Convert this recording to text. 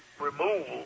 removal